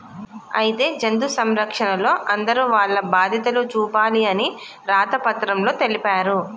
అయితే జంతు సంరక్షణలో అందరూ వాల్ల బాధ్యతలు చూపాలి అని రాత పత్రంలో తెలిపారు